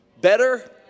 better